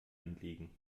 anliegen